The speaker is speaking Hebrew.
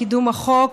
לקידום החוק,